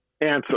answer